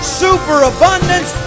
superabundance